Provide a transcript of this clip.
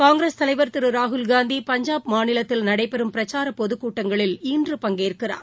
காங்கிரஸ் தலைவர் திரு ராகுல் காந்தி பஞ்சாப் மாநிலத்தில் நடைபெறும் பிரச்சார பொது கூட்டங்களில் இன்று பங்கேற்கிறார்